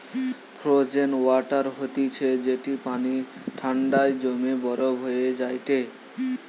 frozen water হতিছে যেটি পানি ঠান্ডায় জমে বরফ হয়ে যায়টে